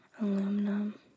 Aluminum